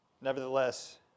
Nevertheless